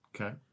Okay